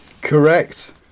Correct